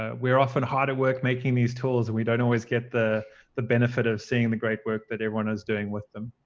ah we are often hard at work making these tools and we don't always get the the benefit of seeing the great work that everyone is doing with them.